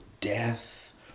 death